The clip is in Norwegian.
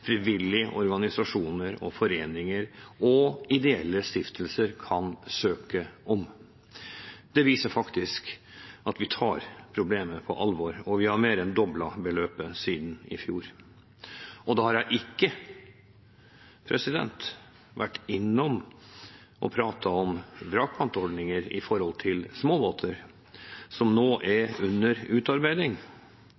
frivillige organisasjoner og foreninger og ideelle stiftelser kan søke om. Det viser at vi tar problemet på alvor, og vi har mer enn doblet beløpet siden i fjor. Jeg har ikke vært innom – og pratet om – vrakpantordninger for småbåter, som nå er under utarbeiding. Det er